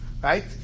right